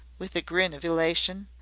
with a grin of elation.